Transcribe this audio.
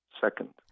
second